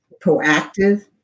proactive